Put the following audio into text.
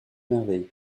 merveille